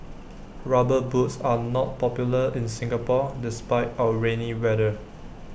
rubber boots are not popular in Singapore despite our rainy weather